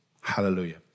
Hallelujah